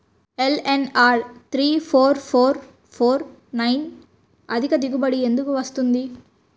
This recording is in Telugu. LNR three four four four nine అధిక దిగుబడి ఎందుకు వస్తుంది?